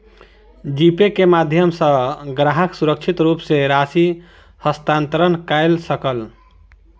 जी Pay के माध्यम सॅ ग्राहक सुरक्षित रूप सॅ राशि हस्तांतरण कय सकल